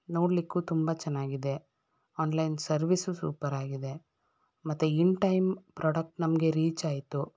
ನೋಡಲಿಕ್ಕೂ ತುಂಬ ಚೆನ್ನಾಗಿದೆ ಆನ್ಲೈನ್ ಸರ್ವಿಸ್ಸೂ ಸೂಪರ್ ಆಗಿದೆ ಮತ್ತು ಇನ್ ಟೈಮ್ ಪ್ರಾಡಕ್ಟ್ ನಮಗೆ ರೀಚ್ ಆಯಿತು